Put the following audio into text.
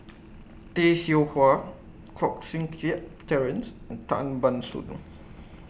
Tay Seow Huah Koh Seng Kiat Terence and Tan Ban Soon